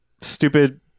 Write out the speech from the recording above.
stupid